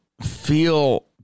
feel